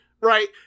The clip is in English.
right